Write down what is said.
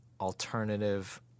alternative